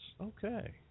Okay